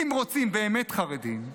אם רוצים באמת חרדים,